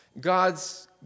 God's